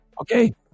Okay